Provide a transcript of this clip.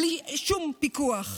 בלי שום פיקוח,